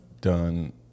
done